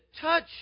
touch